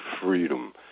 freedom